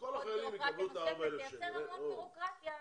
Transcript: זה יוצר הרבה בירוקרטיה.